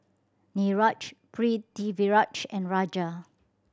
Niraj Pritiviraj and Raja